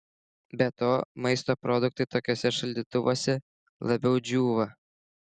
be to maisto produktai tokiuose šaldytuvuose labiau džiūva